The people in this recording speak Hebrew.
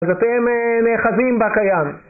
אז אתם נאחזים בקיים.